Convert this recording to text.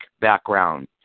background